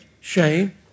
shame